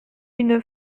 une